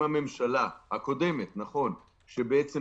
לדאוג שלא ייצאו